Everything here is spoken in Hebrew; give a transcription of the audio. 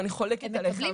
אני חולקת עליך,